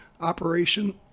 operation